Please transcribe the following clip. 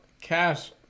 cash